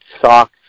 socks